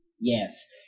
Yes